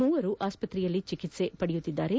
ಮೂವರು ಆಸ್ಪತ್ರೆಯಲ್ಲಿ ಚಿಕಿತ್ಸೆ ಪಡೆಯುತ್ತಿದ್ದಾರೆ